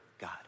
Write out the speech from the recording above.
God